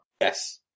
Yes